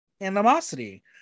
animosity